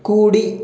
కుడి